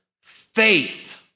faith